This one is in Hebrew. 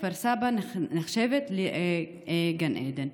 כפר סבא נחשבת לגן עדן,